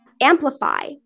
Amplify